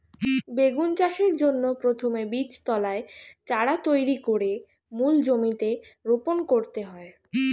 বেগুন চাষের জন্য প্রথমে বীজতলায় চারা তৈরি করে মূল জমিতে রোপণ করতে হয়